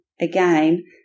again